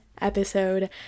episode